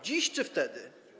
Dziś czy wtedy?